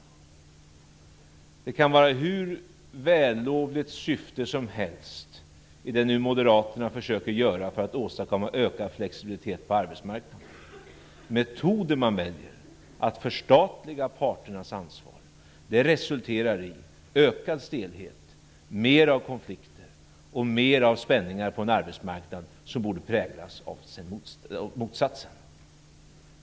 Syftet kan vara hur vällovligt som helst i det som moderaterna försöker att göra för att åstadkomma ökad flexibilitet på arbetsmarknaden, men den metod som man väljer - att förstatliga parternas ansvar - resulterar i ökad stelhet, mera av konflikter och spänningar på en arbetsmarknad som borde präglas av motsatsen.